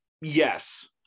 yes